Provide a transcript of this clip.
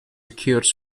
occurs